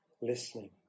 listening